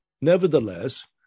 nevertheless